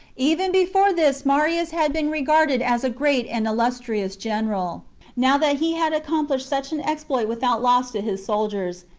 even before this marius had been regarded as a great and illustrious general now that he had accom plished such an exploit without loss to his soldiers,